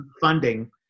funding